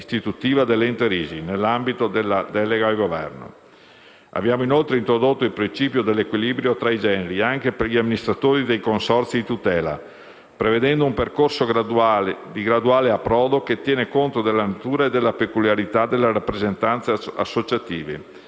istitutiva dell'Ente nazionale risi nell'ambito della delega al Governo. Abbiamo inoltre introdotto il principio dell'equilibrio tra i generi anche per gli amministratori dei consorzi di tutela, prevedendo un percorso di graduale approdo che tenga conto della natura e delle peculiarità delle rappresentanze associative,